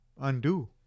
undo